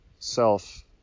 self